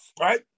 Right